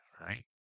right